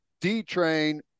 D-Train